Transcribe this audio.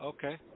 Okay